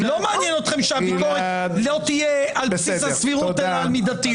לא מעניין אתכם שהביקורת לא תהיה על בסיס הסבירות אלא המידתיות.